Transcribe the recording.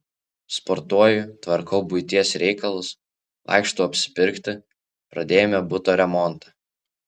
sportuoju tvarkau buities reikalus vaikštau apsipirkti pradėjome buto remontą